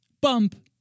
bump